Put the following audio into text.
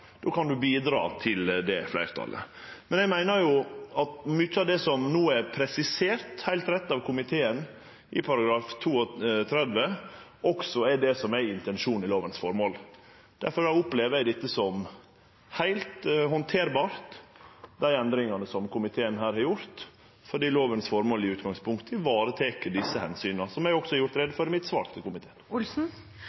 Då kan dei bidra til det fleirtalet. Men eg meiner at mykje av det som no – heilt rett – er presisert av komiteen i § 32, også er det som er intensjonen i føremålet med lova. Difor opplever eg dei endringane som komiteen her har gjort, som heilt handterbare, fordi føremålet med lova i utgangspunktet varetek desse omsyna – som eg òg har gjort